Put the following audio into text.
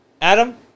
Adam